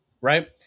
right